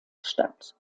statt